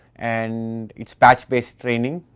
and it is patch based training,